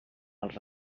els